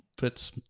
fits